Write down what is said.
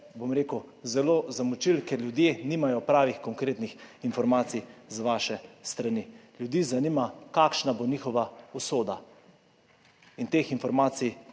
bom rekel, zelo zamočili, ker ljudje nimajo pravih, konkretnih informacij z vaše strani. Ljudi zanima, kakšna bo njihova usoda, in teh informacij